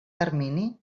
termini